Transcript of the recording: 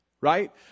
right